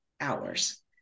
hours